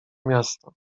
miasto